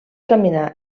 caminar